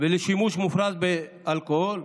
ולשימוש מופרז באלכוהול?